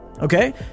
Okay